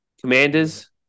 Commanders